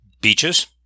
Beaches